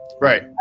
right